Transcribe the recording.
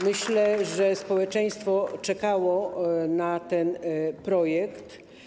Myślę, że społeczeństwo czekało na ten projekt.